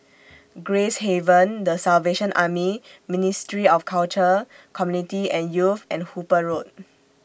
Gracehaven The Salvation Army Ministry of Culture Community and Youth and Hooper Road